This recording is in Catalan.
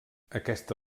aquesta